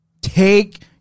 Take